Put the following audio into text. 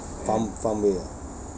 farm farmway ah